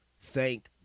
Thank